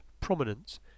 prominence